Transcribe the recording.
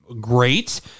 great